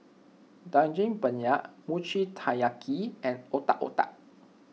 Daging Penyet Mochi Taiyaki and Otak Otak